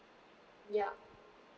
yup